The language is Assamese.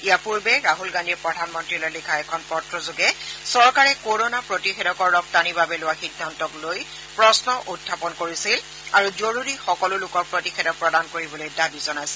ইয়াৰ পূৰ্বে ৰাহুল গান্ধীয়ে প্ৰধানমন্ত্ৰীলৈ লিখা এখন পত্ৰযোগে চৰকাৰে কৰোণা প্ৰতিষেধকৰ ৰপ্তানিৰ বাবে লোৱা সিদ্ধান্তক লৈ প্ৰন্ন উখাপন কৰিছিল আৰু জৰুৰী সকলো লোকক প্ৰতিষেধক প্ৰদান কৰিবলৈ দাবী জনাইছিল